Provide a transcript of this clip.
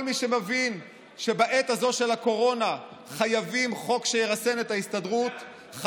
כל מי שמבין שבעת הזו של הקורונה חייבים חוק שירסן את ההסתדרות,